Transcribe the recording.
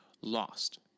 lost